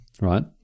right